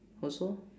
also